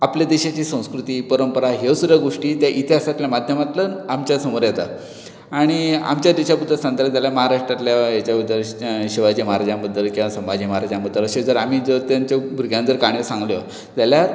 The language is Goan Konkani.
आपली देशाची संस्कृती परंपरा ह्यो सुद्दा गोश्टी त्या इतिहासांतल्या माध्यमांतल्यान आमच्या समोर येता आनी आमच्या देशा बद्दल सांगतले जाल्यार म्हाराष्ट्रांतल्या हेच्या बद्दल शिवाजी महाराजा बद्दल किंवा संभाजी महाराजां बद्दल अशें जर आमी जर तेंच्यो भुरग्यांक जर काणयो सांगल्यो जाल्यार